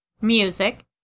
music